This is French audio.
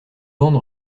bande